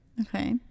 Okay